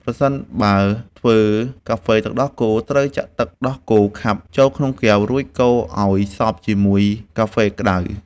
ប្រសិនបើធ្វើកាហ្វេទឹកដោះគោ ត្រូវចាក់ទឹកដោះគោខាប់ចូលក្នុងកែវ រួចកូរឱ្យសព្វជាមួយទឹកកាហ្វេក្ដៅ។